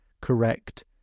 correct